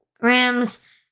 Rams